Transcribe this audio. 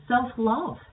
self-love